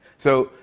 so,